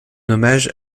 hommage